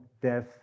death